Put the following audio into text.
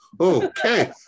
okay